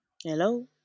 Hello